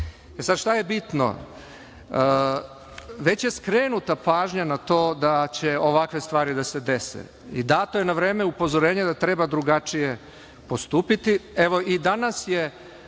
sada šta je bitno? Već je skrenuta pažnja na to da će ovakve stvari da se dese i dato je na vreme upozorenje da treba drugačije postupiti.